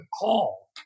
call